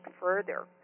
further